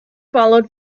followed